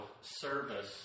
service